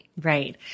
Right